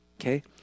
Okay